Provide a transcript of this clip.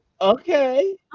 okay